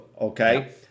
okay